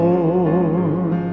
Lord